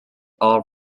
all